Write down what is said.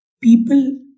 people